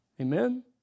Amen